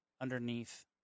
underneath